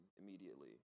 immediately